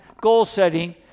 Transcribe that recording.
goal-setting